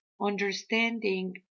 Understanding